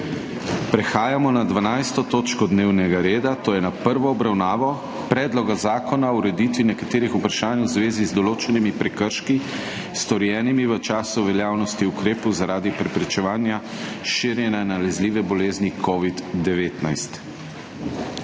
prekinjeno 12. točko dnevnega reda, to je s prvo obravnavo Predloga zakona o ureditvi nekaterih vprašanj v zvezi z določenimi prekrški, storjenimi v času veljavnosti ukrepov zaradi preprečevanja širjenja nalezljive bolezni COVID-19.